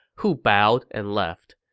who bowed and left.